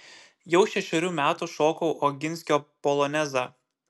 jau šešerių metų šokau oginskio polonezą